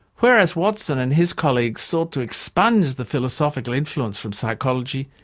whereas watson and his colleagues sought to expunge the philosophical influence from psychology,